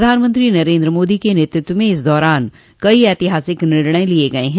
प्रधानमंत्री नरेन्द्र मोदी के नेतृत्व में इस दौरान कई ऐतिहासिक निर्णय लिये गये हैं